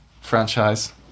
franchise